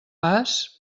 pas